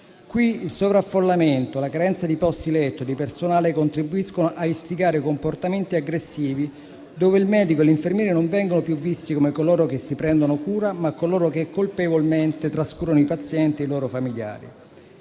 Qui il sovraffollamento e la carenza di posti letto e di personale contribuiscono a istigare comportamenti aggressivi; il medico e l'infermiere vengono visti non più come coloro che si prendono cura, ma come coloro che colpevolmente trascurano i pazienti e i loro familiari.